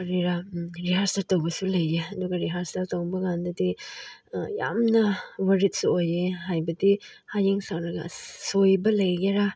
ꯀꯔꯤꯔꯥ ꯔꯤꯍꯥꯔꯁꯦꯜ ꯇꯧꯕꯁꯨ ꯂꯩꯌꯦ ꯑꯗꯨꯒ ꯔꯤꯍꯥꯔꯁꯦꯜ ꯇꯧꯕꯀꯥꯟꯗꯗꯤ ꯌꯥꯝꯅ ꯋꯥꯔꯤꯠꯁꯨ ꯑꯣꯏꯌꯦ ꯍꯥꯏꯕꯗꯤ ꯍꯌꯦꯡ ꯁꯛꯂꯒ ꯑꯁ ꯁꯣꯏꯕ ꯂꯩꯒꯦꯔꯥ